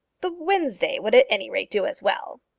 the wednesday would at any rate do as well.